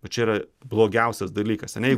va čia yra blogiausias dalykas ane